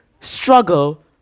struggle